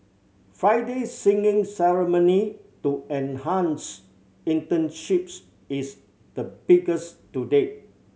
Friday's signing ceremony to enhance internships is the biggest to date